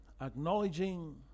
Acknowledging